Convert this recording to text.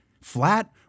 flat